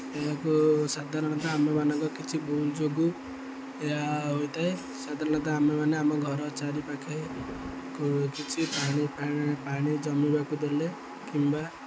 ଏହାକୁ ସାଧାରଣତଃ ଆମମାନଙ୍କ କିଛି ଭୁଲ୍ ଯୋଗୁଁ ଏହା ହୋଇଥାଏ ସାଧାରଣତଃ ଆମେମାନେ ଆମ ଘର ଚାରିପାଖେ କିଛି ପାଣି ପାଣି ଜମିବାକୁ ଦେଲେ କିମ୍ବା